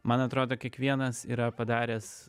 man atrodo kiekvienas yra padaręs